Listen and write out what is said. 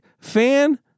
Fan